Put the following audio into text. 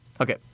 Okay